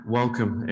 welcome